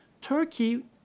Turkey